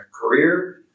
career